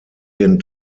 den